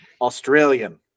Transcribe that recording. Australian